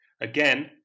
Again